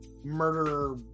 murder